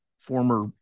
former